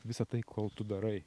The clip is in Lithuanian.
visa tai kol tu darai